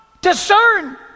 discern